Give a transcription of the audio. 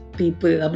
people